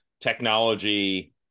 technology